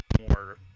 more